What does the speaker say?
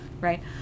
Right